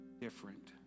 different